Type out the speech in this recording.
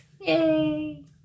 Yay